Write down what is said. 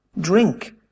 drink